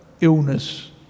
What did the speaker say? Illness